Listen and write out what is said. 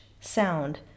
sound